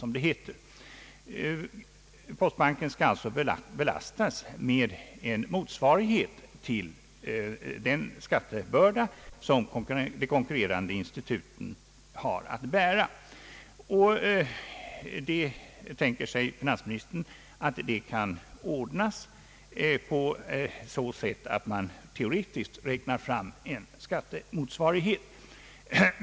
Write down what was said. Postbanken skall alltså belastas med en motsvarighet till den skattebörda som konkurrenterna har att bära. Finansministern tänker sig att detta kan ordnas på så sätt att man teoretiskt räknar fram en skattemotsvarighet.